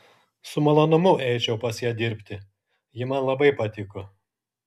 su malonumu eičiau pas ją dirbti ji man labai patiko